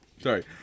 Sorry